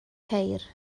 ceir